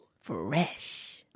Fresh